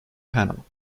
panel